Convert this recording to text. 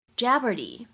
jeopardy